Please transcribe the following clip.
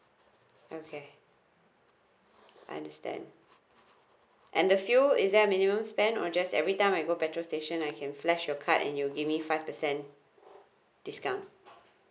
okay understand and the fuel is there a minimum spend or just every time I go petrol station I can flash your card and you give me five percent discount